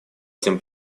тем